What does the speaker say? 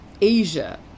Asia